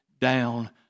down